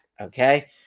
okay